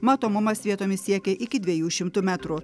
matomumas vietomis siekia iki dviejų šimtų metrų